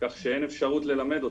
כך שאין אפשרות ללמד אותם.